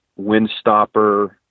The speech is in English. windstopper